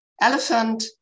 elephant